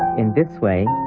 in this way,